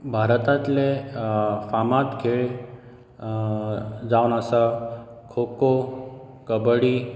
भारतांतले फामाद खेळ जावन आसा खो खो कबड्डी